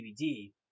DVD